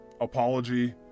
apology